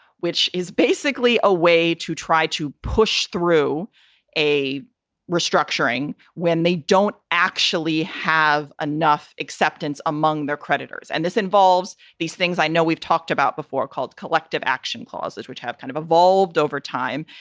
which is basically a way to try to push through a restructuring when they don't actually have enough acceptance among their creditors. and this involves these things i know we've talked about before called collective action clauses, which have kind of evolved over time.